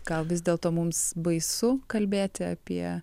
gal vis dėlto mums baisu kalbėti apie